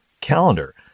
calendar